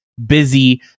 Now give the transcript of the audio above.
busy